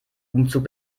umzug